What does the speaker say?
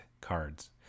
cards